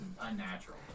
unnatural